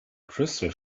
crystal